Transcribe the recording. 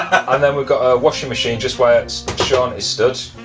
and then we've got a washing machine just where shaun is stood.